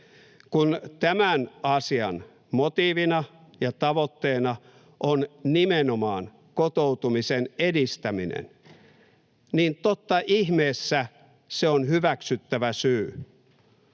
Kun tämän asian motiivina ja tavoitteena on nimenomaan kotoutumisen edistäminen, niin totta ihmeessä se on hyväksyttävä syy